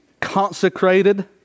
consecrated